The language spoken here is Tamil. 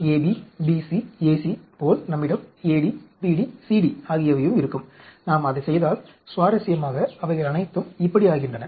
AB BC AC போல் நம்மிடம் AD BD CD ஆகியவையும் இருக்கும் நாம் அதை செய்தால் சுவாரஸ்யமாக அவைகள் அனைத்தும் இப்படி ஆகின்றன